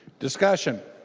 discussion